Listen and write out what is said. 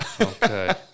Okay